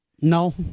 No